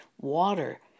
water